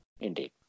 Indeed